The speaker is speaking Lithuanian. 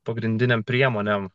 pagrindinėm priemonėm